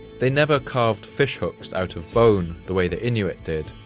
they never carved fish hooks out of bone the way the inuit did,